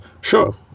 sure